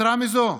יתרה מזו,